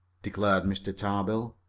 declared mr. tarbill.